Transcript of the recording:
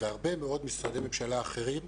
והרבה מאוד משרדי ממשלה אחרים.